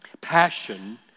passion